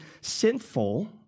sinful